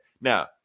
Now